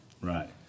Right